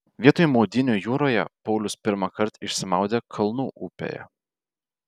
vietoj maudynių jūroje paulius pirmą kartą išsimaudė kalnų upėje